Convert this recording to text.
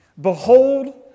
Behold